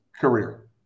career